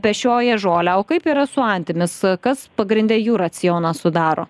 pešioja žolę o kaip yra su antimis kas pagrinde jų racioną sudaro